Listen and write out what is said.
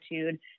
attitude